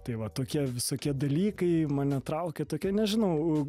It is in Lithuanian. tai va tokie visokie dalykai mane traukia tokie nežinau